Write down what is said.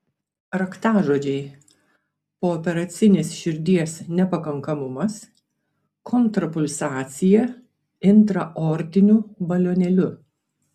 raktažodžiai pooperacinis širdies nepakankamumas kontrapulsacija intraaortiniu balionėliu